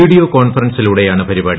video കോൺഫറൻസിലൂടെയാണ് പരിപാടി